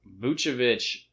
Vucevic